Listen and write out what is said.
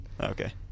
Okay